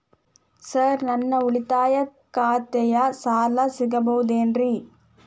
Sir ನನ್ನ ಉಳಿತಾಯ ಖಾತೆಯ ಸಾಲ ಸಿಗಬಹುದೇನ್ರಿ?